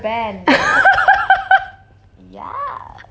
ya